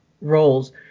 roles